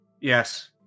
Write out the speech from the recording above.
Yes